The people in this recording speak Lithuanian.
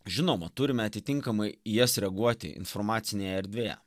žinoma turime atitinkamai į jas reaguoti informacinėje erdvėje